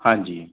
ਹਾਂਜੀ